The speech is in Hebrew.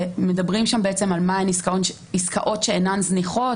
שמדברים על מה הן עסקאות שאינן זניחות